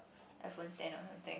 iPhone ten or something